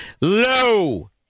low